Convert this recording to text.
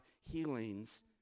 healings